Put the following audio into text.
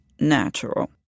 natural